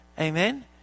Amen